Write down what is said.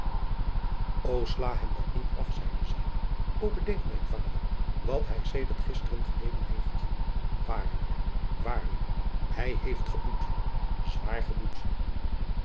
la hem dat niet af zeide zij o bedenk mijn vader wat hij sedert gisteren geleden heeft aarlijk waarlijk hij heeft geboet zwaar geboet